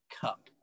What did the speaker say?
Cup